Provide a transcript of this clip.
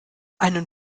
einen